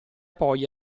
poi